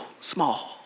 small